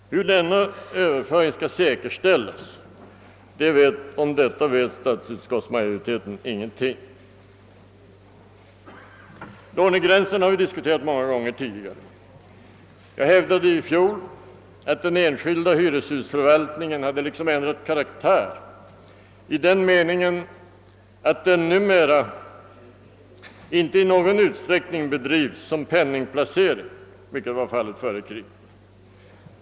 Hur denna överföring skall säkerställas, det vet statsutskottsmajoriteten ingenting om. Lånegränserna har vi «diskuterat många gånger tidigare. Jag hävdade i fjol att den enskilda hyreshusförvaltningen hade ändrat karaktär i den meningen, att den numera inte i någon utsträckning bedrivs som penningplacering, vilket var fallet före kriget.